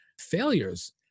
failures